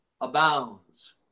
abounds